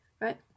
right